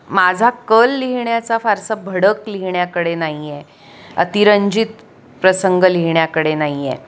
माझा कल लिहिण्याचा फारसा भडक लिहिण्याकडे नाही आहे अतिरंजित प्रसंग लिहिण्याकडे नाही आहे